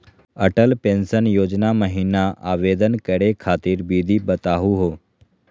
Atal pension योजना महिना आवेदन करै खातिर विधि बताहु हो?